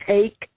Take